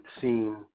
seen